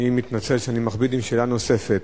אני מתנצל שאני מכביד עם שאלה נוספת.